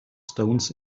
stones